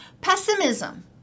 Pessimism